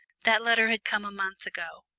that letter had come a month ago,